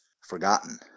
forgotten